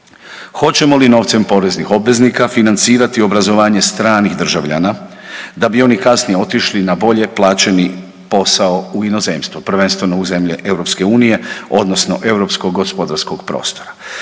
Hoćemo li novcem poreznih obveznika financirati obrazovanje stranih državljana da bi oni kasnije otišli na bolje plaćeni posao u inozemstvo, prvenstveno u zemlje EU odnosno europskog gospodarskog prostora?